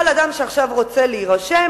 כל אדם שעכשיו רוצה להירשם,